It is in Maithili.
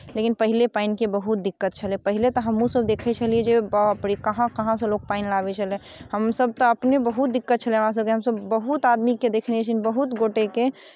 लेकिन पहिने पानिके बहुत दिक्कत छलै पहिने तऽ हमहूँसभ देखै छलियै बाप रे कहाँ कहाँसँ लोक पानि लाबै छलै हमसभ तऽ अपने बहुत दिक्कत छलै हमरासभके हमसभ बहुत आदमीके देखने छियनि बहुत गोटएके